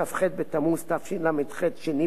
2 באוגוסט 1978,